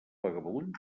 vagabund